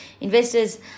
Investors